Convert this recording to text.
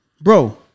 Bro